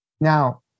Now